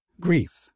grief